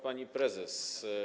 Pani Prezes!